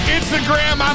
Instagram